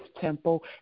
temple